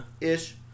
ish